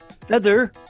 Feather